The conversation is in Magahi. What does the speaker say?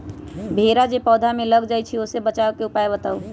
भेरा जे पौधा में लग जाइछई ओ से बचाबे के उपाय बताऊँ?